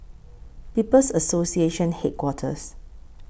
People's Association Headquarters